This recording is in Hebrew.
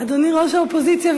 אדוני ראש האופוזיציה,